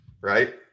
Right